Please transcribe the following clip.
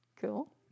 Cool